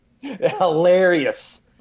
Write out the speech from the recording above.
Hilarious